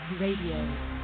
Radio